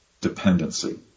dependency